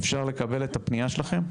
אפשר לקבל את הפנייה שלכם,